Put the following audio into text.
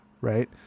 Right